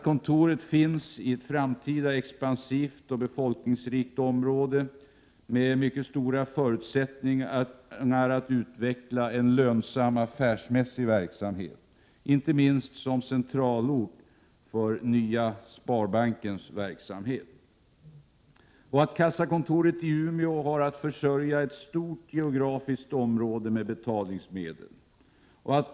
Kontoret är beläget i ett framtida 23 expansivt och befolkningsrikt område och har mycket stora förutsättningar att utveckla en lönsam affärsmässig verksamhet, inte minst som centralort för Nya Sparbankens verksamhet. Kassakontoret i Umeå har ett stort geografiskt område att försörja med betalningsmedel.